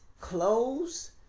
Clothes